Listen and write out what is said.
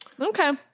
Okay